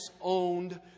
owned